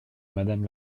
madame